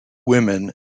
women